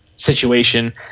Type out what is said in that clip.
situation